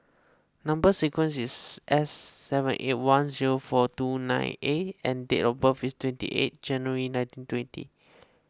Number Sequence is S seven eight one zero four two nine A and date of birth is twenty eight January nineteen twenty